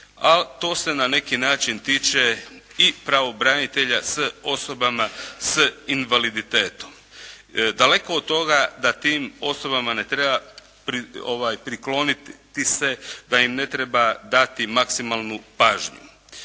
a to se na neki način tiče i pravobranitelja za osobe s invaliditetom. Daleko od toga da tim osobama ne treba prikloniti se, da im ne treba dati maksimalnu pažnju.